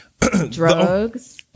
Drugs